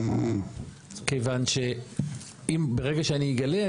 כיוון שברגע שאני אגלה,